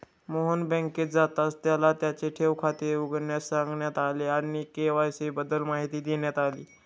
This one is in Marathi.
मोहन बँकेत जाताच त्याला त्याचे ठेव खाते उघडण्यास सांगण्यात आले आणि के.वाय.सी बद्दल माहिती देण्यात आली